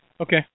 Okay